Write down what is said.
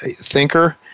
thinker